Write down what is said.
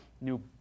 new